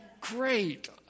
great